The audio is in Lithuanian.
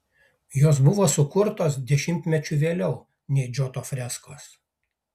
jos buvo sukurtos dešimtmečiu vėliau nei džoto freskos